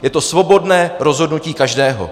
Je to svobodné rozhodnutí každého.